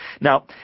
Now